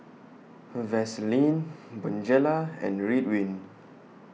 Vaselin Bonjela and Ridwind